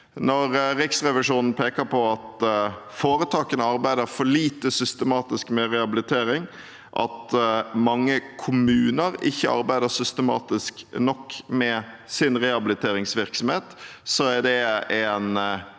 Når Riksrevisjonen peker på at foretakene arbeider for lite systematisk med rehabilitering, og at mange kommuner ikke arbeider systematisk nok med sin rehabiliteringsvirksomhet, er det en